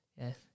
yes